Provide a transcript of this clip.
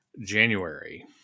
January